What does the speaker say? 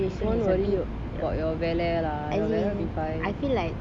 don't worry about your வேலை:vella lah your வேலை:vella will be fine